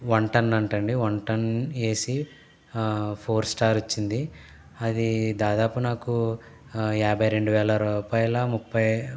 one ton అంట అండి one ton AC four star వచ్చింది అది దాదాపు నాకు యాభై రెండు వేల రూపాయల ముప్పై